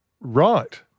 right